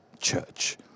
Church